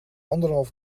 anderhalf